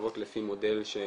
מורכבות לפי מודל של